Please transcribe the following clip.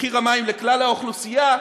מחיר המים לכלל האוכלוסייה,